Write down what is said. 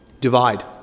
divide